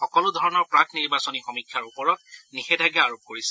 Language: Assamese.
সকলো ধৰণৰ প্ৰাক নিৰ্বাচনী সমীক্ষাৰ ওপৰত নিষেধাজ্ঞা আৰোপ কৰিছে